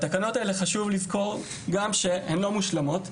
חשוב לזכור שהתקנות האלה לא מושלמות,